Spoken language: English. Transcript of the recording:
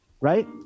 right